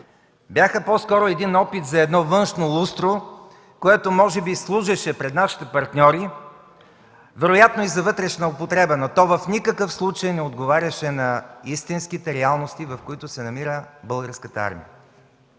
бяха по-скоро опит за външно лустро, което може би служеше пред нашите партньори, вероятно и за вътрешна употреба, но то в никакъв случай не отговаряше на истинските реалности, в които се намира Българската армия.